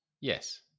Yes